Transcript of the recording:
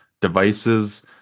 devices